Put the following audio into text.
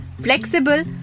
flexible